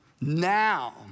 now